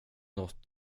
något